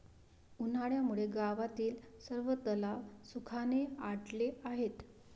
उन्हामुळे गावातील सर्व तलाव सुखाने आटले आहेत